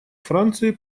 францией